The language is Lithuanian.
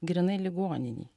grynai ligoninėj